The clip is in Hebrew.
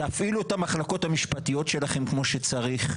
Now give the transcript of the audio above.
תפעילו את המחלקות המשפטיות שלכם כמו שצריך,